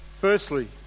Firstly